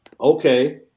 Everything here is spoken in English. okay